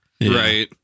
right